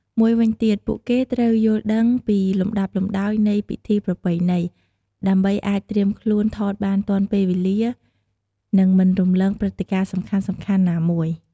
មួយវិញទៀត ពួកគេត្រូវយល់ដឹងពីលំដាប់លំដោយនៃពិធីប្រពៃណី ដើម្បីអាចត្រៀមខ្លួនថតបានទាន់ពេលវេលា និងមិនរំលងព្រឹត្តិការណ៍សំខាន់ណាមួយ។